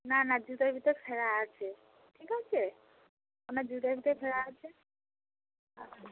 না না জুতোর ভিতর ছেঁড়া আছে ঠিক আছে আপনার জুতোর ভিতর ছেঁড়া আছে